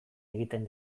egiten